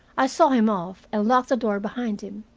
i saw him off, and locked the door behind him.